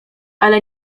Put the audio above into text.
ale